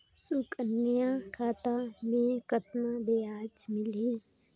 सुकन्या खाता मे कतना ब्याज मिलही?